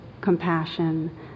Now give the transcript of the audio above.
compassion